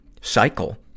cycle